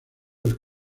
del